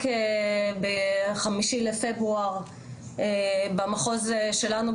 רק ב-5 בפברואר במחוז שלנו,